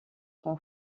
ton